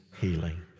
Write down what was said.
healing